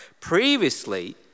previously